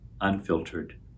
unfiltered